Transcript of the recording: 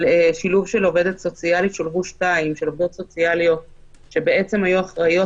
של שילוב עובדות סוציאליות שיהיו אחראיות